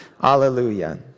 Hallelujah